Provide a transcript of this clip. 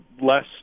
less